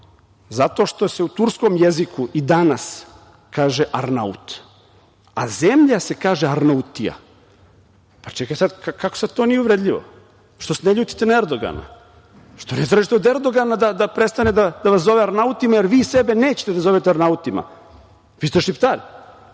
zato što se u turskom jeziku i danas kaže - Arnaut, a zemlja se kaže Arnautija. Čekajte sad, kako sada to nije uvredljivo? Što se ne ljutite na Erdogana, što ne tražite od Erdogana da prestane da vas zove Arnautima, jer vi sebe nećete da zovete Arnautima, vi ste Šiptar?